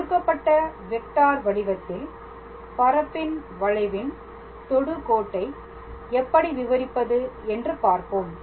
கொடுக்கப்பட்ட வெக்டார் வடிவத்தில் பரப்பின் வளைவின் தொடுக்கோட்டை எப்படி விவரிப்பது என்று பார்ப்போம்